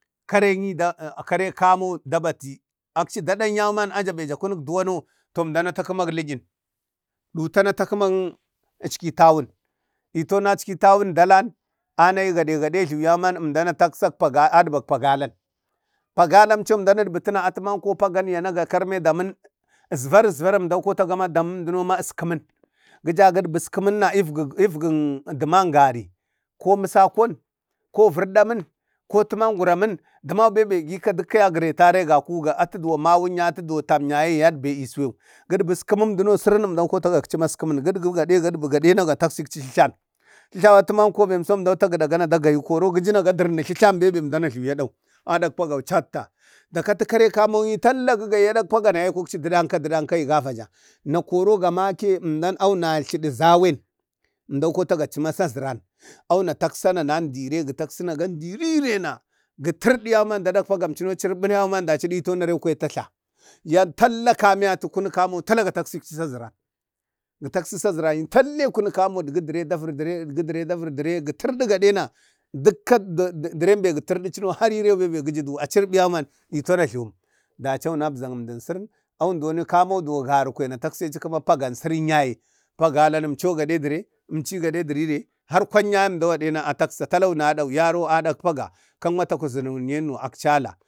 karenyi da ee kare kamo dabati akci dadan yauman jabee ja kunek duwan no to emdana takumak lidin ditana takumang eckitawun ditonackitawun dalan anayi gade gade ejluwiyauman emda na taksak paga adbak pagalan pagalam co emdatbitina atu mako pagan yana ga karmi damin varik vara emda kotaga ma emdunoma eskimun, gi ja gadbi eskimen na efging duman gari ko musako ko vardamun ko tumanguramun duman bebe gikau duka ya giretari egaku mawun yaye dotam yaye be esiyau gigbu eskimun duno sirin emdan kotagakci ma eskimin gigbi gade na gataksici gadbigade gadbigade na ga taksikcik jlan atumanko bemso emdana tagidan dana da gayi gi juna ga dirnisan bebe emda jluwai dau adau pagau catta da kati kare kamoyi talla gigayau, edak pagana yaykukci dedaenka dudanka ai gava da na koro ka make emdan awu natludu zawai emdan kotaci gama gasaziran awuna taksan nadi re gi taksina gandi rerena da tirdi yauman dadak pagamcuno acirbi na yauman daci ditau na rau kwaya tatla biyan talla kamayat da kunik kamu talla ka taksikci sazirak, gitaksi sazirakyi na talla yee kunu kamu taggi dire taviri dare digu dure taviru dure gi turdu gadena duka dure be gitirdun cuno hari bebe gijudu acir buyauman ditau ajluwum, daci wunabzak emdun sirin auwun dono kamo za gara kwaya ya takseci kuma pagan sirin yaye pagan emso gadi dire emci gadi durere har kwan yaye emdo gadi na a taksa talla na dau yaro nadauk paga kak matagazinin matagazinyi ni enno akca lah.